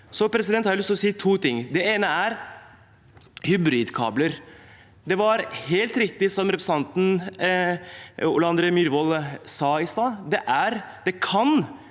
industri. Jeg har lyst til å si to ting. Det ene er om hybridkabler. Det er helt riktig, som representanten Ole André Myhrvold sa i stad, at det kan